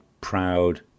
proud